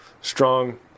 strong